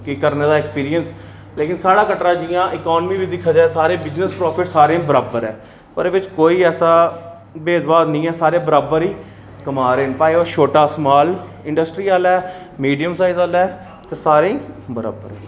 कि करने दा ऐक्सपिरिंस लेकिन साढ़ा कटरा इकानिमी बी दिक्खेआ जाए बिजनस प्राफिट सारें गी बराबर ऐ ओह्दे बिच्च कोई भेदभाव निं ऐ ओह्दे च सारे बराबर ही सारे कमा दे न भाएं ओह् छोटा स्माल इंडस्ट्री आह्ला ऐ मिडियम साईज आह्ला ऐ ते सारें गी बराबर ई